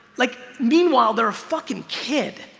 like, meanwhile they're a fuckin' kid.